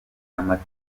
amata